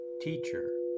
Teacher